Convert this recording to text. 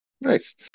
Nice